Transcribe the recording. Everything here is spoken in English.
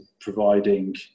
providing